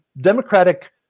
Democratic